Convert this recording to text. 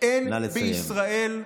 אין בישראל,